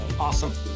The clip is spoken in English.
Awesome